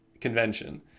convention